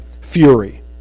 fury